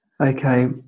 Okay